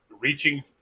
reaching